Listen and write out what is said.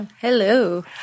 Hello